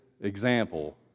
example